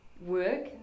work